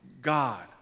God